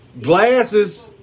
Glasses